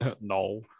No